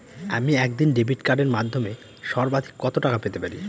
আমি একদিনে ডেবিট কার্ডের মাধ্যমে সর্বাধিক কত টাকা পেতে পারি?